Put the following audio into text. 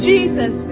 Jesus